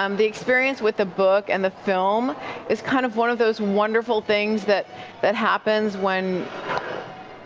um the experience with the book and the film is kind of one of those wonderful things that that happens when